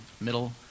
middle